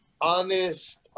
honest